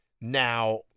now